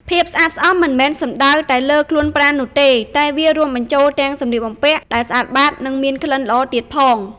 ភាពស្អាតស្អំមិនមែនសំដៅតែលើខ្លួនប្រាណនោះទេ តែវារួមបញ្ចូលទាំងសំលៀកបំពាក់ដែលស្អាតបាត និងមានក្លិនល្អទៀតផង។